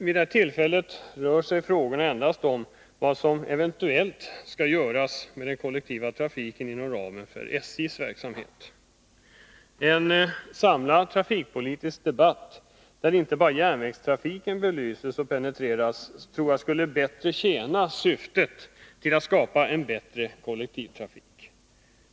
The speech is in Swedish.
Vid detta tillfälle rör sig frågorna endast om vad som eventuellt skall göras med den kollektiva trafiken inom ramen för SJ:s verksamhet. En samlad trafikpolitisk debatt, där inte bara järnvägstrafiken belyses och penetreras, skulle effektivare tjäna syftet att skapa en bättre kollektivtrafik.